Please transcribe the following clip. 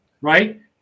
right